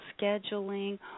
scheduling